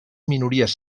minories